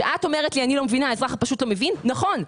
כשאת אומרת לי שהאזרח הפשוט לא מבין, זה נכון.